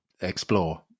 explore